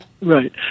Right